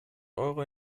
euro